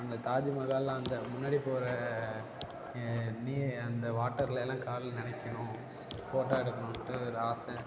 அங்கே தாஜ் மஹால் அந்த முன்னாடி போகிற நீ அந்த வாட்டரில்லாம் கால் நனைக்கணும் ஃபோட்டோ எடுக்கணுன்ட்டு ஒரு ஆசை